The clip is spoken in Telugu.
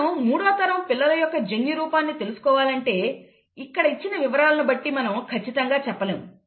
మనం మూడవ తరం పిల్లల యొక్క జన్యురూపాన్ని తెలుసుకోవాలంటే ఇక్కడ ఇచ్చిన వివరాలను బట్టి మనం ఖచ్చితంగా చెప్పలేము